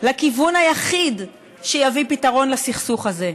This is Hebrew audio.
לכיוון היחיד שיביא פתרון לסכסוך הזה,